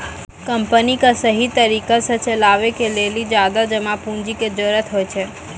company क सहि तरिका सह चलावे के लेलो ज्यादा जमा पुन्जी के जरुरत होइ छै